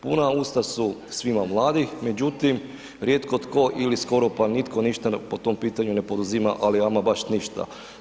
Puna usta su svima Vladi međutim rijetko ili skoro pa nitko ništa po tom pitanju ne poduzima ali ama baš ništa.